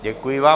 Děkuji vám.